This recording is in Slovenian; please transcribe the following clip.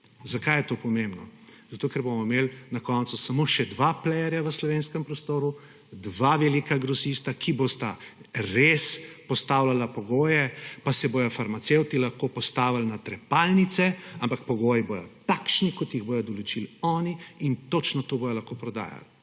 Zakaj je to pomembno? Zato, ker bomo imeli na koncu samo še dva playerja v slovenskem prostoru, dva velika grosista, ki bosta res postavljala pogoje, pa se bodo farmacevti lahko postavili na trepalnice, ampak pogoji takšni, kot jih bodo določili oni, in točno to bodo lahko prodajali.